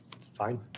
Fine